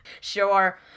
sure